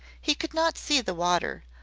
he could not see the water,